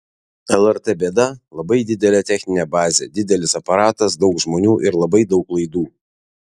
lrt bėda labai didelė techninė bazė didelis aparatas daug žmonių ir labai daug laidų